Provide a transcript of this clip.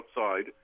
outside